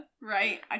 right